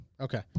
Okay